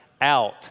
out